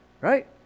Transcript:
right